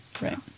Right